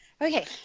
Okay